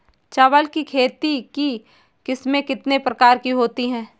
चावल की खेती की किस्में कितने प्रकार की होती हैं?